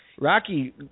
Rocky